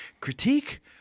critique